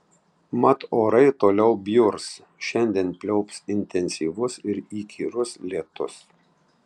mat orai toliau bjurs šiandien pliaups intensyvus ir įkyrus lietus